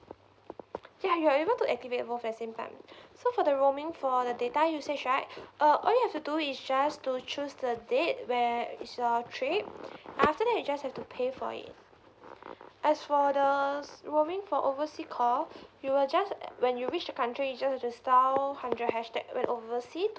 yeah you are able to activate both at same time so for the roaming for the data usage right uh all you have to do is just to choose the date where is your trip after that you just have to pay for it as for the roaming for oversea call you will just when you reach the country you just have to dial hundred hashtag when oversea